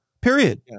Period